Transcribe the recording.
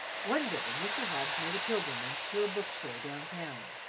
one day mr. hobbs made a pilgrimage to a book store down town,